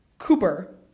Cooper